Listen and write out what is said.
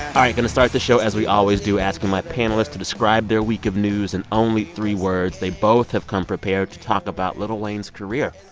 going to start the show as we always do asking my panelists to describe their week of news in only three words. they both have come prepared to talk about lil wayne's career.